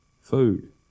food